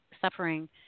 suffering